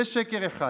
זה שקר אחד.